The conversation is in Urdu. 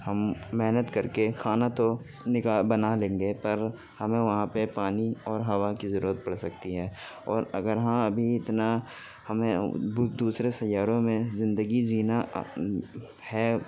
ہم محنت کر کے کھانا تو نکا بنا لیں گے پر ہمیں وہاں پہ پانی اور ہوا کی ضرورت پڑ سکتی ہے اور اگر ہم ابھی اتنا ہمیں دوسرے سیاروں میں زندگی جینا ہے